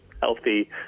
healthy